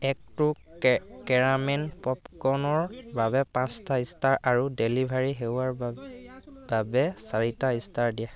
এক্ টু কেৰামেল পপকৰ্ণৰ বাবে পাঁচটা ষ্টাৰ আৰু ডেলিভাৰী সেৱাৰ বাবে চাৰিটা ষ্টাৰ দিয়া